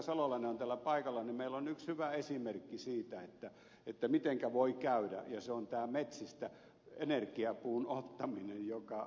salolainen on täällä paikalla yksi hyvä esimerkki siitä mitenkä voi käydä ja se on tämä energiapuun ottaminen metsistä